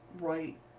right